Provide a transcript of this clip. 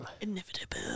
Inevitable